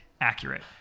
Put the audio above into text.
accurate